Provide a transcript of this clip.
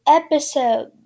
episode